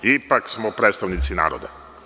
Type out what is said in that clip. Ipak smo predstavnici naroda.